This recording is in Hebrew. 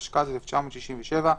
התשכ"ז 1967 ,